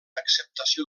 acceptació